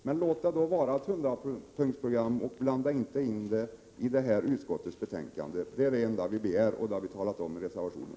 Men låt det då vara ett 100-punktsprogram och blanda inte in det i det här utskottsbetänkandet — det är det enda vi begär, och det har vi talat om i reservationen.